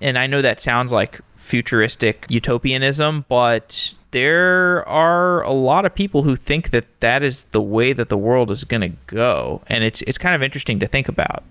and i know that sounds like futuristic utopianism, but there are a lot of people who think that that is the way that the world is going to go and it's it's kind of interesting to think about